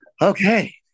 Okay